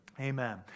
Amen